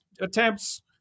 attempts